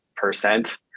Percent